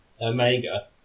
Omega